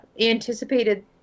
anticipated